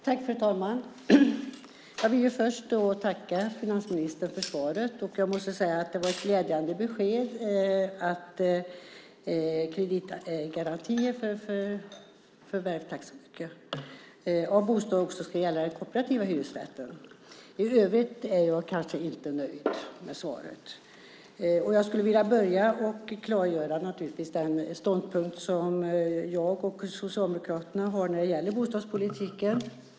Fru talman! Jag vill först tacka finansministern för svaret. Jag måste säga att det var ett glädjande besked att kreditgarantier för förvärv av bostad också ska gälla kooperativ hyresrätt. I övrigt är jag inte nöjd med svaret. Jag skulle vilja börja med att klargöra den ståndpunkt som jag och Socialdemokraterna har när det gäller bostadspolitiken.